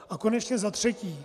A konečně za třetí.